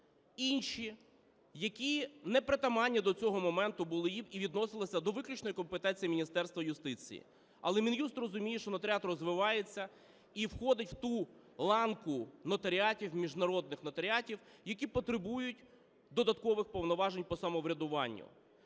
інші, які непритаманні до цього моменту були їй і відносились до виключної компетенції Міністерства юстиції. Але Мін'юст розуміє, що нотаріат розвивається і входить в ту ланку нотаріатів, міжнародних нотаріатів, які потребують додаткових повноважень по самоврядуванню.